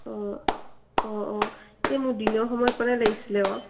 অঁ অঁ অঁ এই মোৰ দিনৰ সময়কণে লাগিছিলে আকৌ